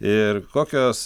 ir kokios